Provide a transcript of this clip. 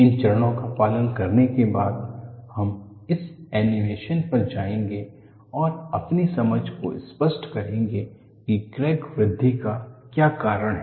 इन चरणों का पालन करने के बाद हम इस एनीमेशन पर जाएंगे और अपनी समझ को स्पष्ट करेंगे कि क्रैक वृद्धि का क्या कारण है